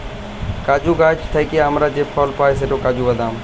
কাজু গাহাচ থ্যাইকে আমরা যে ফল পায় সেট কাজু বাদাম